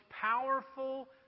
powerful